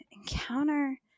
Encounter